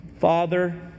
Father